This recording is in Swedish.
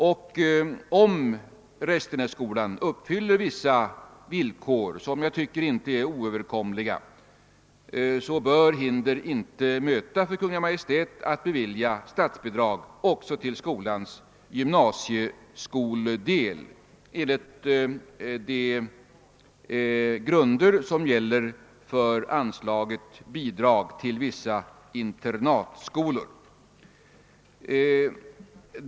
Om Restenässkolan uppfyller vissa villkor — som jag inte tycker är oöverkomliga — bör hinder inte möta för Kungl. Maj:t att bevilja statsbidrag också till skolans gymnasieskoldel enligt de grunder som gäller för anslaget Bidrag till vissa internatskolor.